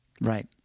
Right